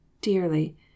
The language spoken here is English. dearly